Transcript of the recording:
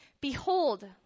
behold